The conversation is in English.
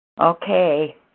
Okay